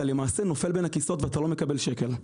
למעשה נופל בין הכיסאות ואתה לא מקבל שקל.